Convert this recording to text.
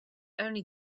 only